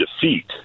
defeat